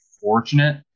fortunate